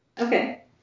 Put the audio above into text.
Okay